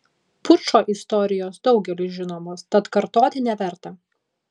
pučo istorijos daugeliui žinomos tad kartoti neverta